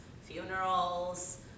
funerals